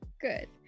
good